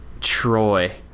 Troy